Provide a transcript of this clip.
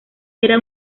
era